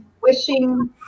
Wishing